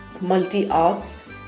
multi-arts